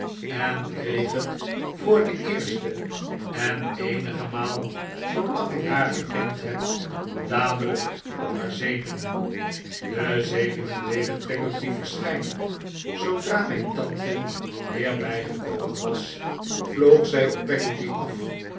en kreeg het voor de eerste en eenige maal zoolang ik haar gekend heb dadelijk op haar zenuwen de zenuwen deden peggotty verschijnen zoodra mijn tante weer bijgekomen was vloog zij op peggotty af